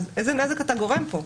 איזה נזק אתה גורם כאן?